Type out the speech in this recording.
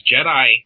Jedi